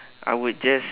I would just